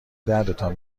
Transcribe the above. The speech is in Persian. دردتان